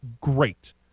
great